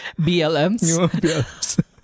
BLMs